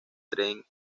tren